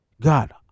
God